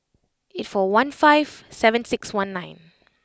eight four one five seven six one nine